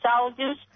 soldiers